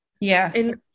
Yes